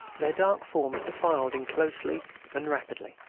their dark forms defiled in closely and rapidly.